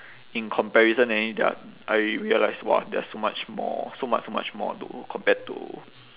in comparison there are I realised !wah! there are so much more so much so much more to compared to